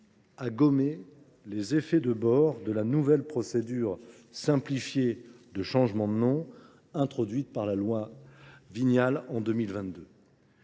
à gommer les effets de bord de la nouvelle procédure simplifiée de changement de nom introduite par la loi Vignal en 2022.